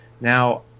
Now